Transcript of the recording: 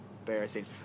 embarrassing